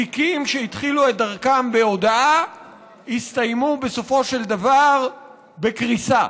תיקים שהתחילו את דרכם בהודאה הסתיימו בסופו של דבר בקריסה.